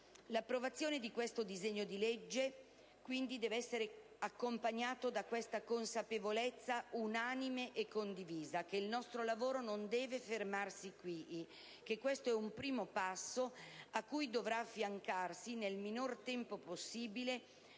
L'approvazione di questo disegno di legge, quindi, deve essere accompagnata da questa consapevolezza unanime e condivisa: che il nostro lavoro non deve fermarsi qui, che questo è un primo passo al quale dovrà affiancarsi, nel minor tempo possibile,